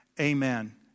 amen